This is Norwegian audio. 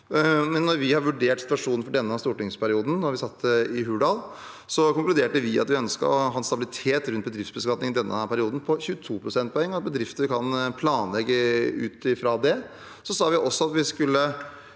Da vi vurderte situasjonen for denne stortingsperioden, da vi satt i Hurdal, konkluderte vi med at vi ønsket å ha stabilitet rundt bedriftsbeskatningen denne perioden på 22 pst., og at bedrifter kan planlegge ut ifra det. Vi sa også at vi skulle